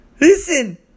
Listen